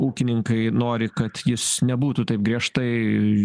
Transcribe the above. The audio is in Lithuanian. ūkininkai nori kad jis nebūtų taip griežtai